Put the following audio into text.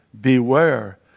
beware